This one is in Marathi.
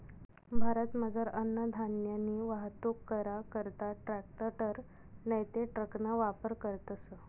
भारतमझार अन्नधान्यनी वाहतूक करा करता ट्रॅकटर नैते ट्रकना वापर करतस